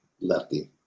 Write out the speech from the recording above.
lefty